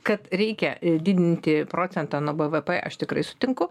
kad reikia e didinti procentą nuo b v p aš tikrai sutinku